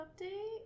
update